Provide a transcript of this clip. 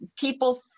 people